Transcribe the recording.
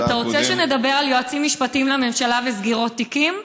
אתה רוצה שנדבר על יועצים משפטיים לממשלה וסגירות תיקים?